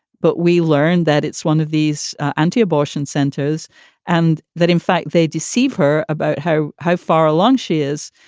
but we learned that it's one of these anti-abortion centers and that, in fact, they deceive her about how how far along she is.